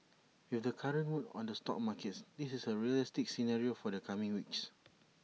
with the current mood on the stock markets this is A realistic scenario for the coming weeks